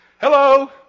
hello